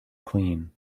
clean